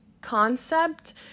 concept